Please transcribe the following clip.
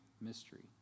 mystery